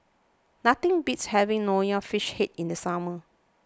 nothing beats having Nonya Fish Head in the summer